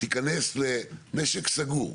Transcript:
תיכנס למשק סגור,